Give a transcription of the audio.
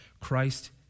Christ